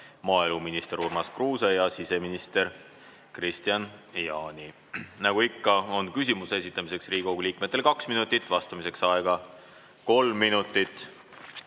maaeluminister Urmas Kruuse ja siseminister Kristian Jaani. Nagu ikka, on küsimuse esitamiseks Riigikogu liikmetel kaks minutit, vastamiseks aega kolm minutit